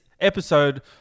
episode